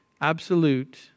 absolute